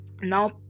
now